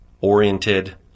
oriented